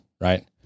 right